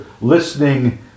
Listening